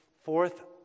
Fourth